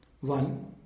one